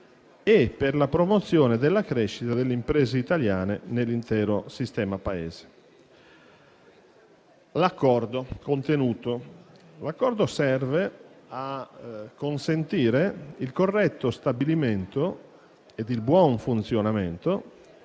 e per la promozione della crescita delle imprese italiane nell'intero sistema Paese. L'accordo contenuto serve a consentire il corretto stabilimento ed il buon funzionamento